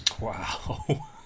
Wow